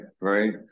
right